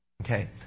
Okay